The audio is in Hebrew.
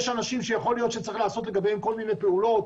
יש אנשים שיכול להיות שצריך לעשות לגביהם כל מיני פעולות.